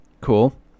cool